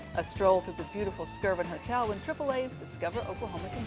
a stroll through the beautiful skirvin hotel when triple a's discover oklahoma